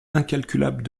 incalculable